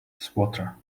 swatter